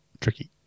tricky